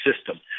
system